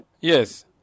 Yes